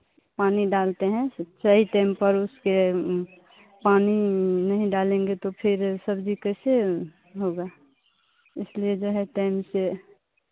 पानी डालते हैं सही टाइम पर उसके पानी नहीं डालेंगे तो फिर सब्जी कैसे होगा इसलिए जो है टाइम से